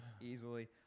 Easily